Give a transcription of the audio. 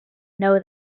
know